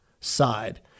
side